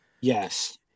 Yes